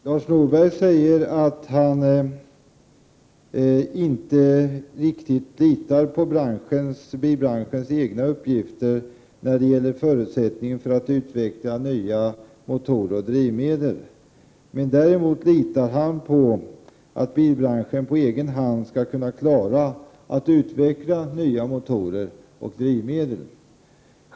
Herr talman! Lars Norberg säger att han inte riktigt litar på branschens egna uppgifter när det gäller förutsättningen för att utveckla nya motorer och drivmedel. Däremot litar han på att bilbranschen på egen hand skall kunna klara att utveckla nya motorer och drivmedel.